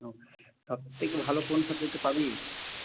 ও সবথেকে ভালো কোন সাবজেক্টে পাবি